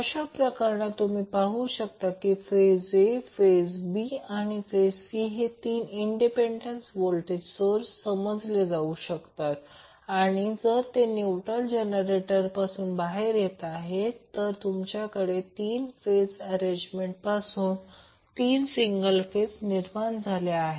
अशा प्रकरणात तुम्ही पाहू शकता की फेज A फेज B आणि C हे 3 इंडिपेंडेंट व्होल्टेज सोर्स समजले जाऊ शकतात आणि जर ते न्यूट्रल जनरेटर पासून बाहेर येत आहे तर तुमच्याकडे 3 फेज अरेंजमेंट पासून 3 सिंगल फेज निर्माण झाल्या आहेत